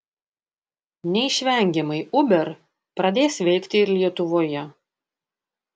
neišvengiamai uber pradės veikti ir lietuvoje